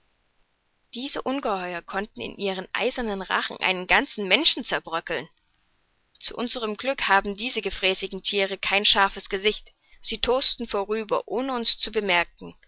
diese ungeheuer konnten in ihren eisernen rachen einen ganzen menschen zerbröckeln zu unserem glück haben diese gefräßigen thiere kein scharfes gesicht sie tosten vorüber ohne uns zu bemerken